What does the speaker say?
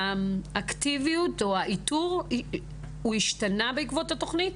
האקטיביות או האיתור, זה השתנה בעקבות התוכנית?